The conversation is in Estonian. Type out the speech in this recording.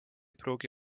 pruugi